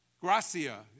Gracia